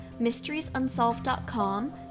mysteriesunsolved.com